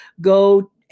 go